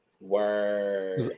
Word